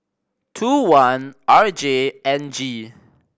two one R J N G